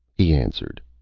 he answered,